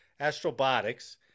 Astrobotics